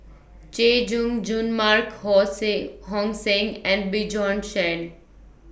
Chay Jung Jun Mark Ho Sing Hong Sing and Bjorn Shen